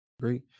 Great